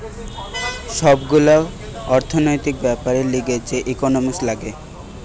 সব গুলা অর্থনৈতিক বেপারের লিগে যে ইকোনোমিক্স লাগে